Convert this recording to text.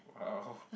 wow